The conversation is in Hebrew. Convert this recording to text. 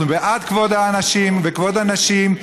אנחנו בעד כבוד האנשים וכבוד הנשים,